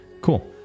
Cool